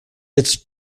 its